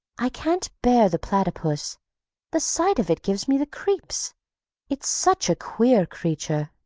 i can't bear the platypus the sight of it gives me the creeps it's such a queer creature!